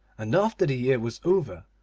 and after the year was over,